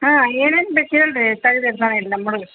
ಹಾಂ ಏನೇನು ಬೇಕು ಹೇಳ್ರಿ ತೆಗ್ದು ಇಡ್ತಾನ ಇಲ್ಲ ನಮ್ಮ ಹುಡುಗ